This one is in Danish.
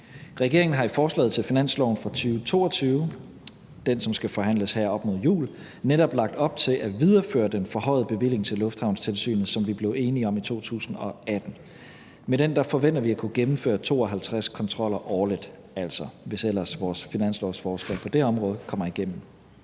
Regeringen har i forslaget til finansloven for 2022 – den, som skal forhandles her op mod jul – netop lagt op til at videreføre den forhøjede bevilling til lufthavnstilsynet, som vi blev enige om i 2018. Med den forventer vi at kunne gennemføre 52 kontroller årligt, altså hvis ellers vores finanslovsforslag på det område kommer igennem.